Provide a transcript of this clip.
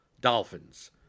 Dolphins